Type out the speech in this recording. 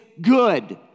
good